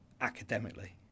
academically